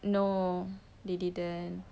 no they didn't